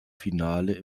finale